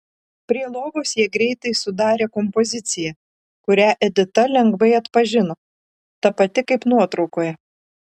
prie lovos jie greitai sudarė kompoziciją kurią edita lengvai atpažino ta pati kaip nuotraukoje